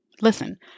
Listen